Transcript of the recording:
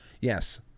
Yes